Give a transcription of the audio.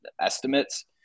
estimates